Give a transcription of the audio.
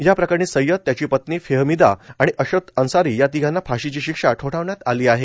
या प्रकरणी सय्यद त्याची पत्नी फेहमिदा आणि अश्रत अन्सारी या तिघांना फाशीची शिक्षा ठोठवण्यात आली आहे